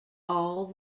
all